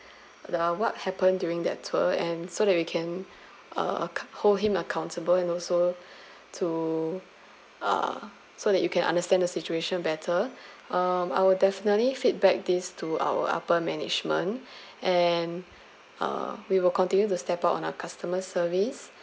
the what happened during that tour and so we can uh hold him accountable and also to uh so that you can understand the situation better um I will definitely feedback these to our upper management and uh we will continue to step out on our customer service